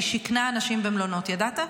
היא שיכנה אנשים במלונות, ידעת?